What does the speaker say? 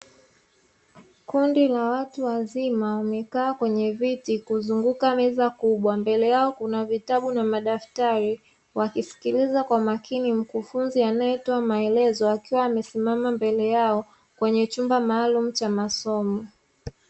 Kundi la watu wazima wamekaa kwenye viti kuzunguka meza kubwa, mbele yao kuna vitabu na madaftari, wakisikiliza kwa makini mkufunzi anayetoa maelezo akiwa amesimama mbele yao, kwenye chumba maalumu cha masomo.